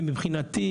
ומבחינתי,